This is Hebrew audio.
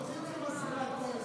האופוזיציה מסירה את כל ההסתייגויות.